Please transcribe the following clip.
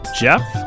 Jeff